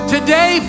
Today